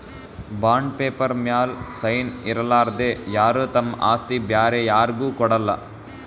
bond paper ಮ್ಯಾಲ್ sign ಇರಲಾರ್ದೆ ಯಾರು ತಮ್ ಆಸ್ತಿ ಬ್ಯಾರೆ ಯಾರ್ಗು ಕೊಡಲ್ಲ